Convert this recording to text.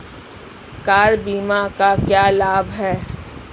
Car बीमा का क्या लाभ है?